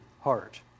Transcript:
heart